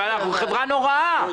נוראה.